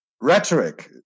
rhetoric